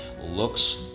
looks